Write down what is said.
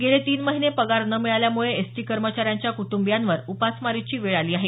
गेले तीन महिने पगार न मिळाल्यामुळे एसटी कर्मचाऱ्यांच्या कुटुंबियावर उपासमारीची वेळ आली आहे